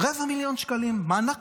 רבע מיליון שקלים מענק